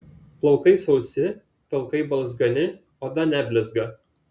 plaukai sausi pilkai balzgani oda neblizga